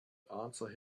answer